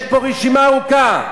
יש פה רשימה ארוכה.